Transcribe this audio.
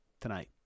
tonight